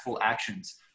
actions